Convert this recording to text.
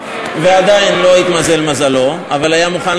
ועדיין לא התמזל מזלו אבל היה מוכן